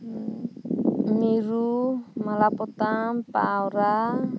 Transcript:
ᱢᱤᱨᱩ ᱢᱟᱞᱟᱼᱯᱚᱛᱟᱢ ᱯᱟᱣᱨᱟ